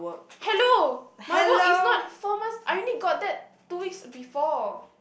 hello my work is not four months I already got that two weeks before